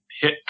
hit